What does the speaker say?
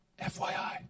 FYI